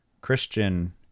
Christian